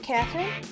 Catherine